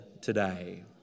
today